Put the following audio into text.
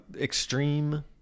extreme